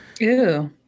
Ew